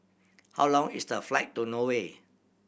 how long is the flight to Norway